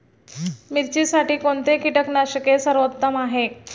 मिरचीसाठी कोणते कीटकनाशके सर्वोत्तम आहे?